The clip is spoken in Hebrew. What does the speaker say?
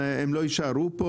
מה, הם לא יישארו פה?